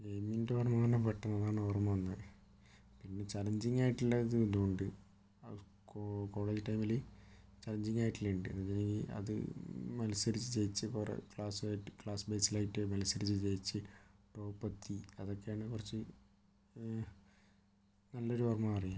ഗെയിമിൻ്റെ ഓർമ്മയെന്ന് പറഞ്ഞാൽ പെട്ടെന്നതാണ് ഓർമ്മ വന്നത് പിന്നെ ചലഞ്ചിങ്ങായിട്ടുള്ളതും ഉണ്ട് അത് കോളേജ് ടൈമിൽ ചലഞ്ചിങ്ങായിട്ടുള്ള ഉണ്ട് അത് അത് മത്സരിച്ച് ജയിച്ച് കുറേ ക്ലാസുമായിട്ട് ക്ലാസ് ബേസിലായിട്ട് മത്സരിച്ച് ജയിച്ച് ഒപ്പമെത്തി അതൊക്കെയാണ് കുറച്ച് നല്ലൊരു ഓർമ്മ പറയാൻ